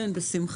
תודה.